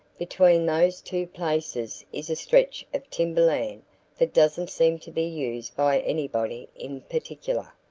between those two places is a stretch of timberland that doesn't seem to be used by anybody in particular.